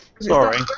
Sorry